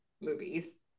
movies